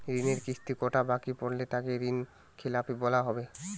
ঋণের কিস্তি কটা বাকি পড়লে তাকে ঋণখেলাপি বলা হবে?